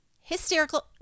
hysterical